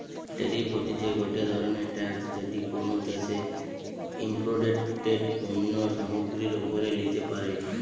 tariff হতিছে গটে ধরণের ট্যাক্স যেটি কোনো দ্যাশে ইমপোর্টেড পণ্য সামগ্রীর ওপরে লিতে পারে